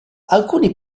alcuni